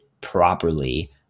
properly